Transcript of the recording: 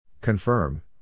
Confirm